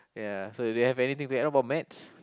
ya so if you have anything to add about maths